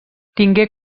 tingué